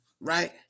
right